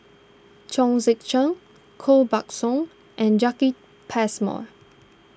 Chong Tze Chien Koh Buck Song and Jacki Passmore